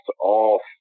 off